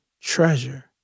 treasure